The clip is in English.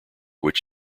which